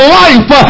life